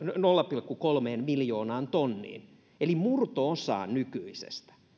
nolla pilkku kolmeen miljoonaan tonniin eli murto osaan nykyisestä